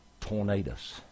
tornadoes